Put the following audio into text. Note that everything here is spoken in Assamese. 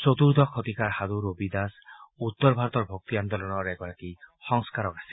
চতুৰ্দশ শতিকাৰ সাধু ৰবিদাস উত্তৰ ভাৰতৰ ভক্তি আন্দোলনৰ এগৰাকী সংস্কাৰক আছিল